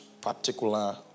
particular